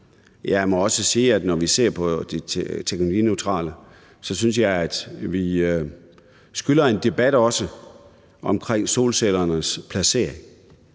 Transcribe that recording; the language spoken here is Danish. Jeg må også sige i forhold til det teknologineutrale, at jeg synes, vi også skylder en debat omkring solcellernes placering.